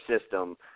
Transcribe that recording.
system